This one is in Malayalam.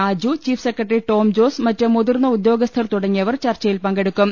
രാജു ചീഫ് സെക്രട്ടറി ടോംജോസ് മറ്റു മുതിർന്ന ഉദ്യോഗസ്ഥർ തുട ങ്ങിയവർ ചർച്ചയിൽ പങ്കെടുക്കും